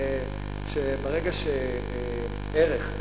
ברגע שערך,